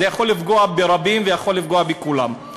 זה יכול לפגוע ברבים ויכול לפגוע בכולם.